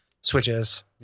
switches